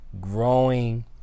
Growing